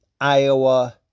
Iowa